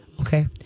Okay